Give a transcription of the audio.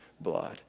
blood